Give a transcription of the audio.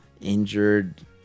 injured